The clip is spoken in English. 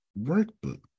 workbook